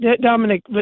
Dominic